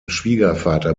schwiegervater